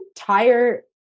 entire